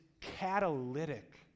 catalytic